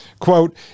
Quote